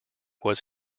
was